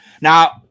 now